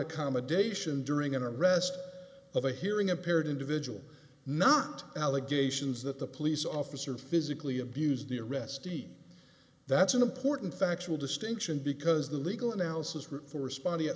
accommodation during an arrest of a hearing impaired individual not allegations that the police officer physically abused the arrestee that's an important factual distinction because the legal analysis route for responding